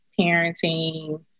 parenting